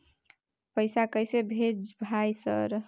पैसा कैसे भेज भाई सर?